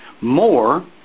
more